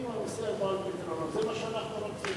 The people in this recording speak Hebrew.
אם הנושא בא על פתרונו, זה מה שאנחנו רוצים.